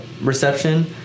reception